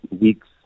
weeks